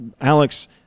Alex